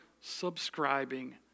subscribing